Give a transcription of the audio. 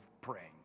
praying